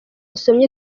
usomye